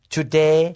Today